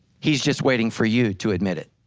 he's just waiting for you to admit it.